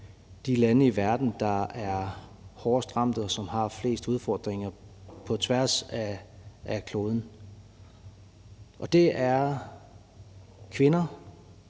de lande i verden, der er hårdest ramt, og som har flest udfordringer, på tværs af kloden, og det er kvinder,